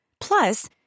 Plus